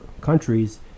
countries